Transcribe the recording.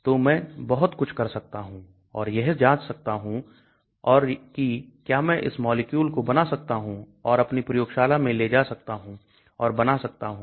तो मैं बहुत कुछ कर सकता हूं और यह जांच सकता हूं और की क्या मैं इस मॉलिक्यूल को बना सकता हूं और अपनी प्रयोगशाला में ले जा सकता हूं और बना सकता हूं